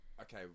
Okay